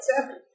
seven